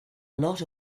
lot